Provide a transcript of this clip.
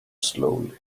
slowly